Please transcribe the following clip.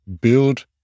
build